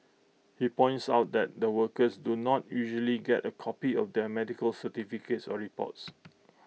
he points out that the workers do not usually get A copy of their medical certificates or reports